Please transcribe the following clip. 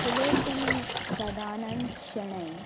Sulochani Sadanand Shenoy